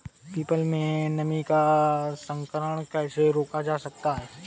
People में नीम का संकरण कैसे रोका जा सकता है?